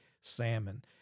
salmon